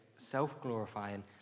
self-glorifying